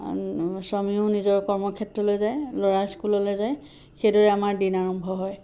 স্বামীও নিজৰ কৰ্মক্ষেত্ৰলৈ যায় ল'ৰা স্কুললৈ যায় সেইদৰে আমাৰ দিন আৰম্ভ হয়